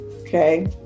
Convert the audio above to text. okay